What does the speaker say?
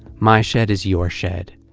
my shed is your shed.